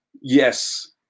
Yes